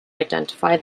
identify